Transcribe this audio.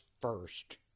first